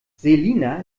selina